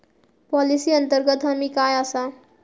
Policy अंतर्गत हमी काय आसा?